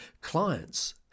clients